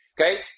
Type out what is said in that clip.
Okay